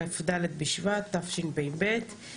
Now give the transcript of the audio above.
כ"ד בשבט תשפ"ב.